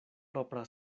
propra